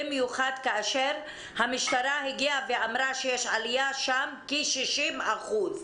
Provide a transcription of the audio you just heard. במיוחד כאשר המשטרה הגיעה ואמרה שיש עליה של כ-60% שם.